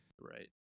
Right